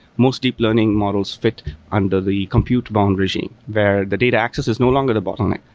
most deep learning models fit under the compute bound regime, where the data access is no longer the bottleneck.